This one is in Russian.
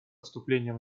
вступлением